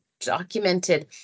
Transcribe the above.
documented